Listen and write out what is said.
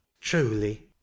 Truly